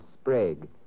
Sprague